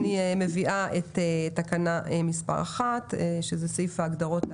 אני מביאה להצבעה את תקנה 1 שהיא סעיף ההגדרות.